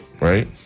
right